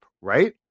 right